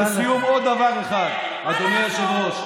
עוד דבר אחד, אדוני היושב-ראש.